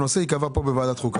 הנושא ייקבע פה בוועדת חוקה.